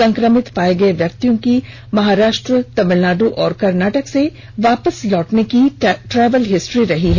संक्रमित पाए गए व्यक्तियों की महाराष्ट्र तमिलनाडु एवं कर्नाटक से वापस लौटने की ट्रेवल हिस्ट्री रही है